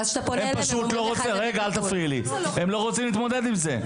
הם לא רוצים להתמודד עם זה.